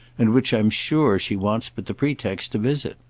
and which i'm sure she wants but the pretext to visit.